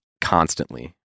constantly